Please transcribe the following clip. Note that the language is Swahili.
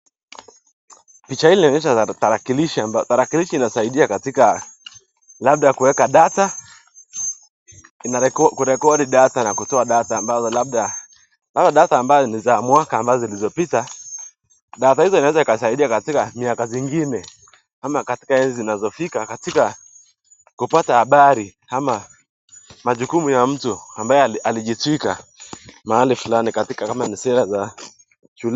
Picha hii inaonyesha tarakilishi. Tarakilishi inasaidia katika labda kuweka data , kurekodi data na kutoa data ambazo labda labda data ambazo ni za mwaka ambazo zilizopita, data hizo zinaweza zikasaidia katika miaka zingine ama katika enzi zinazofika katika kupata habari ama majukumu ya mtu ambaye alijitwika mahali fulani katika kama ni sera za.